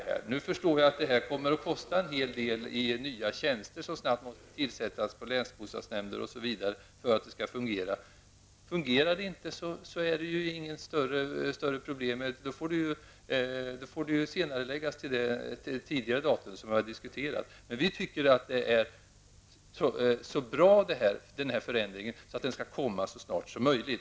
Jag förstår att detta kommer att kosta en del i form av nya tjänster som snabbt måste tillsättas på bl.a. länsbostadsnämnderna för att det hela skall fungera. Fungerar det inte, är det inget problem. Då får reformen skjutas till det datum som vi tidigare har diskuterat. Vi tycker att denna förändring är så bra att den bör genomföras så snart som möjligt.